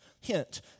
Hint